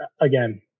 again